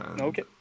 Okay